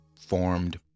formed